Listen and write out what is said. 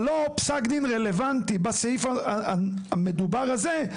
אבל לא פסק דין רלוונטי בסעיף המדובר הזה,